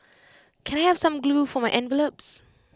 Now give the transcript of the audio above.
can I have some glue for my envelopes